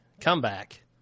comeback